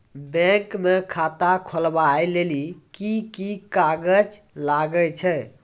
Bank म खाता खोलवाय लेली की की कागज लागै छै?